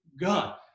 God